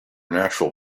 natural